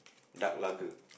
dark lugger